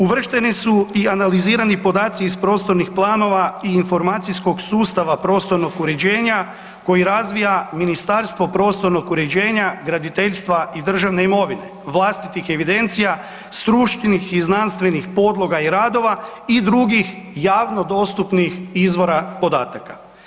Uvršteni su i analizirani podaci iz prostornih planova i informacijskog sustava prostornog uređenja koji razvija Ministarstvo prostornog uređenja, graditeljstva i državne imovine, vlastitih evidencija, stručnih i znanstvenih podloga i radova i drugih javno dostupnih izvora podataka.